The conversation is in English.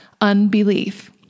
unbelief